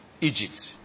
Egypt